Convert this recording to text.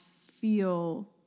feel